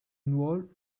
involved